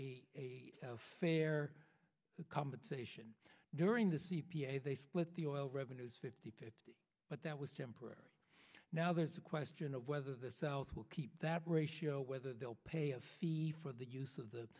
a fair compensation during the c p a they split the oil revenues fifty fifty but that was temporary now there's a question of whether the south will keep that ratio whether they'll pay a fee for the use of the